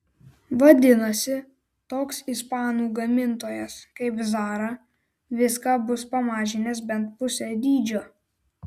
vadinasi toks ispanų gamintojas kaip zara viską bus pamažinęs bent pusę dydžio